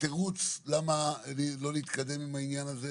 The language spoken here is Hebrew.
כתירוץ למה לא להתקדם עם העניין הזה,